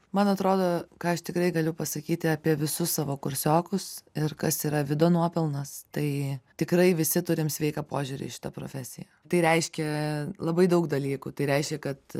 man atrodo ką aš tikrai galiu pasakyti apie visus savo kursiokus ir kas yra vido nuopelnas tai tikrai visi turim sveiką požiūrį į šitą profesiją tai reiškia labai daug dalykų tai reiškia kad